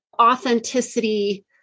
authenticity